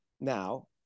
Now